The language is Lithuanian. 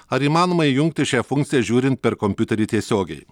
ar įmanoma įjungti šią funkciją žiūrint per kompiuterį tiesiogiai